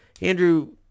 Andrew